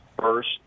first